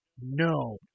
no